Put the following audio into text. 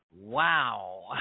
wow